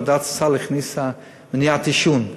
ועדת הסל הכניסה מניעת עישון,